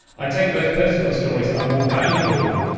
i take it those personal stories are more valuable,